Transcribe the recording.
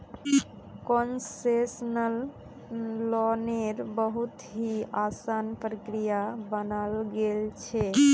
concessional लोन्नेर बहुत ही असान प्रक्रिया बनाल गेल छे